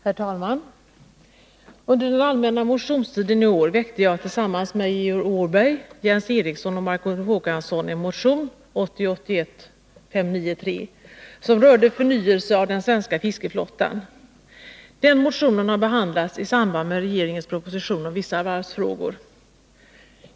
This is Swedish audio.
Herr talman! Under den allmänna motionstiden i år väckte jag tillsammans med Georg Åberg, Jens Eriksson och Margot Håkansson en motion, 1980/81:593, som rörde förnyelse av den svenska fiskeflottan. Den motionen har behandlats i samband med regeringens proposition om vissa varvsfrågor.